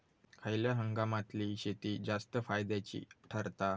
खयल्या हंगामातली शेती जास्त फायद्याची ठरता?